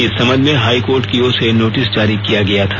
इस संबंध में हाई कोर्ट की ओर से नोटिस जारी किया गया था